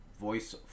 Voice